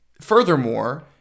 furthermore